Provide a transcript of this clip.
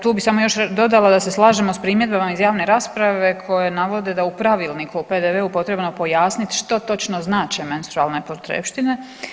Tu bi samo još dodala da se slažemo s primjedbama iz javne rasprave koje navode da u pravilniku o PDV-u potrebno pojasnit što točno znače menstrualne potrepštine.